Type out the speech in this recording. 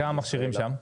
כמה מכשירים שם?